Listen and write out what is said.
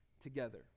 together